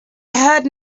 heard